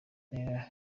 ntera